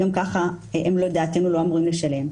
גם ככה לדעתנו הם לא אמורים לשלם.